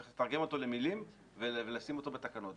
תרגם אותו למילים ולשים אותו בתקנות.